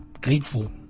grateful